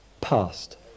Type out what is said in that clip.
past